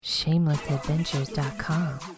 Shamelessadventures.com